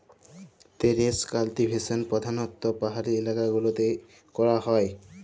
terrace cultivation প্রধালত্ব পাহাড়ি এলাকা গুলতে ক্যরাক হ্যয়